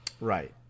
Right